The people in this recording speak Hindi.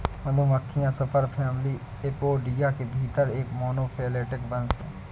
मधुमक्खियां सुपरफैमिली एपोइडिया के भीतर एक मोनोफैलेटिक वंश हैं